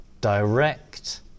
direct